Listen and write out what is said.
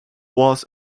was